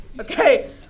Okay